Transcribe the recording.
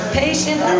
patient